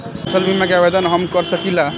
फसल बीमा के आवेदन हम कर सकिला?